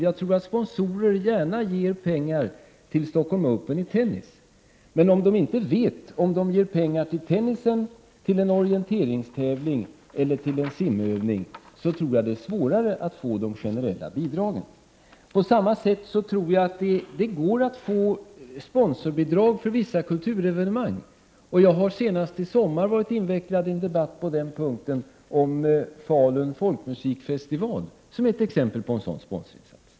Jag tror att sponsorer gärna ger pengar till Stockholm Open i tennis, men om de inte vet om de ger pengar till tennis, till orientering eller till simning, så tror jag att det är svårare att få de generella bidragen. På samma sätt tror jag att det går att få sponsorbidrag för vissa kulturevenemang. I somras var jag invecklad i en debatt på den punkten. Den debatten gällde Falun folkmusikfestival som är ett exempel på denna typ av sponsorinsats.